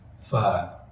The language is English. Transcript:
five